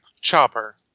Chopper